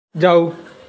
ਜਾਓ